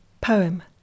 Poem